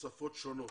ובשפות שונות.